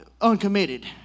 uncommitted